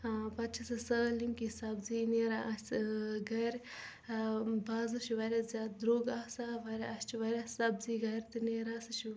ٲں پتہٕ چھِ سۄ سٲلِم کیٚنٛہہ سبزی نیران اسہِ ٲں گھرِ ٲں بازرٕ چھُ واریاہ زیادٕ درٛوگ آسان وارِیاہ اسہِ چھِ واریاہ سبزی گھرِ تہِ نیران سۄ چھِ